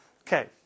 Okay